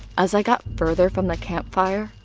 as i got further from the campfire,